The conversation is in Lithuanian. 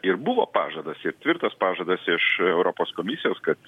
ir buvo pažadas ir tvirtas pažadas iš europos komisijos kad